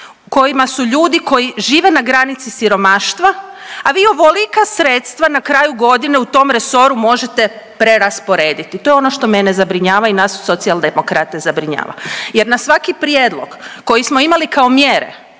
kojima su ljudi koji žive na granici siromaštva, a vi ovolika sredstva na kraju godine u tom resoru možete preraspodijeliti, to je ono što mene zabrinjava i nas Socijaldemokrate zabrinjava jer na svaki prijedlog koji smo imali kao mjere